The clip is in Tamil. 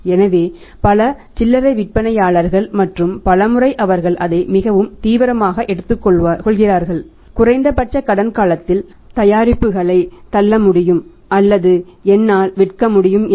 எனவே பல சில்லறை விற்பனையாளர்கள் மற்றும் பல முறை அவர்கள் அதை மிகவும் தீவிரமாக எடுத்துக்கொள்கிறார்கள் குறைந்த பட்ச கடன் காலத்தில் சந்தையில் தயாரிப்பு தள்ள முடியும் அல்லது என்னால் விற்க முடிந்தால் என்று